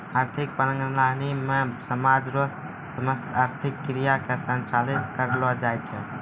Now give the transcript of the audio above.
आर्थिक प्रणाली मे समाज रो समस्त आर्थिक क्रिया के संचालन करलो जाय छै